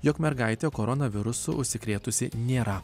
jog mergaitė koronavirusu užsikrėtusi nėra